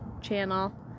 channel